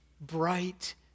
bright